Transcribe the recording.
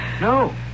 No